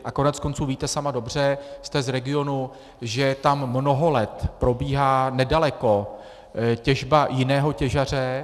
A koneckonců víte sama dobře, jste z regionu, že tam mnoho let probíhá nedaleko těžba jiného těžaře.